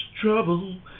trouble